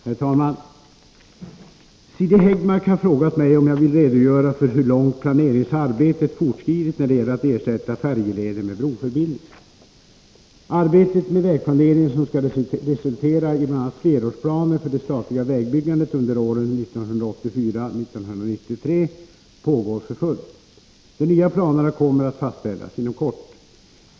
Herr talman! Siri Häggmark har frågat mig om jag vill redogöra för hur långt planeringsarbetet fortskridit när det gäller att ersätta färjeleder med broförbindelser. Arbetet med vägplaneringen som skall resultera i bl.a. flerårsplanen för det statliga vägbyggandet under åren 1984-1993 pågår för fullt. De nya planerna kommer att fastställas inom kort.